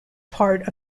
part